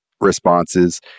responses